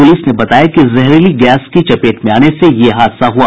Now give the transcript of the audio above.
police ने बताया कि जहरीली गैस की चपेट में आने से यह हादसा हुआ